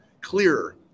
clearer